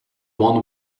one